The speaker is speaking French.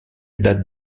date